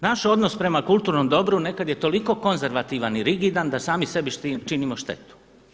Naš odnos prema kulturnom dobru nekad je toliko konzervativan i rigidan da sami sebi činimo štetu.